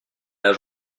âge